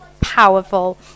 powerful